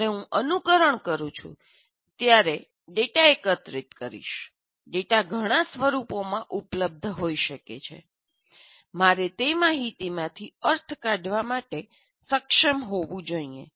જ્યારે હું અનુકરણ કરું છું ત્યારે હું ડેટા એકત્રિત કરીશ ડેટા ઘણાં સ્વરૂપોમાં ઉપલબ્ધ હોઈ શકે છે મારે તે માહિતીમાંથી અર્થ કાઢવા માટે સક્ષમ હોવું જોઈએ